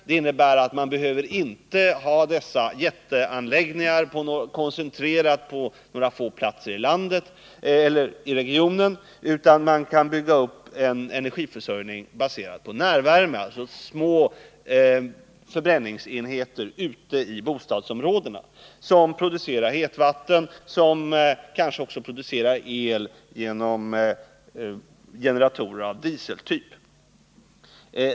Det innebär att man inte behöver ha några jätteanläggningar koncentrerade till några få platser i landet eller i regionen, utan man kan bygga upp en energiförsörjning baserad på närvärme, alltså små förbränningsenheter ute i bostadsområdena, som producerar hetvatten, kanske också el, genom generatorer av dieseltyp.